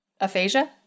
Aphasia